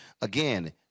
again